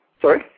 Sorry